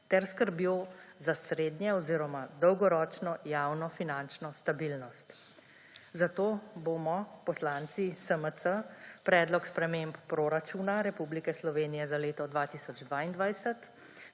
ter skrbjo za srednje- oziroma dolgoročno javnofinančno stabilnost. Zato bomo poslanci SMC Predlog sprememb proračuna Republike Slovenije za leto 2022